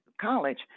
college